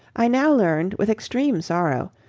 i now learned with extreme sorrow,